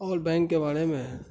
اور بینک کے بارے میں